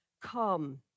come